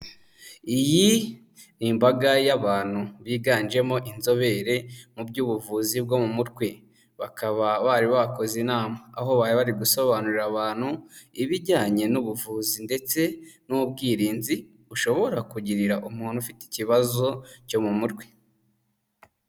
Iyi ni imbaga y'abantu biganjemo inzobere mu by'ubuvuzi bwo mu mutwe, bakaba bari bakoze inama, aho bari gusobanurira abantu ibijyanye n'ubuvuzi ndetse n'ubwirinzi bushobora kugirira umuntu ufite ikibazo cyo mu mutwe.